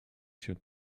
się